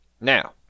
Now